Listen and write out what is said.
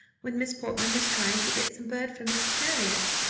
when miss portman was trying to get some bird for mrs. marriott,